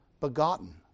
begotten